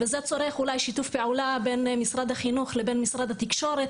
זה מצריך שיתוף פעולה בין משרד החינוך למשרד התקשורת